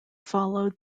followed